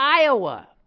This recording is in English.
Iowa